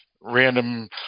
random